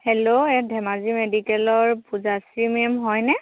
hello এয়া ধেমাজি মেডিকেলৰ Pujashree ma'am হয়নে